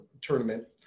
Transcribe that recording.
tournament